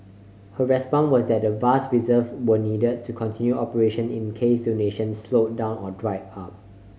her response was that the vast reserve were needed to continue operation in case donations slowed down or dried up